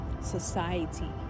society